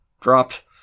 Dropped